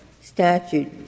statute